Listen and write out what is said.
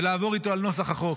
ולעבור איתו על נוסח החוק,